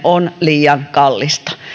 on liian kallista